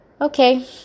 okay